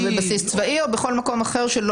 או בבסיס צבאי או בכל מקום אחר.